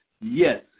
Yes